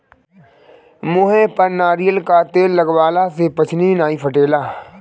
मुहे पर नारियल कअ तेल लगवला से पछ्नी नाइ फाटेला